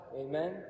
Amen